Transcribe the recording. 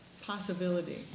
possibility